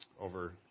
over